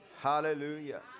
Hallelujah